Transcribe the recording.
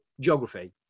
geography